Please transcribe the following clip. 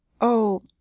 Oh